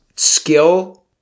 skill